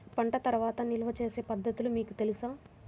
పంట తర్వాత నిల్వ చేసే పద్ధతులు మీకు తెలుసా?